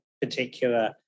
particular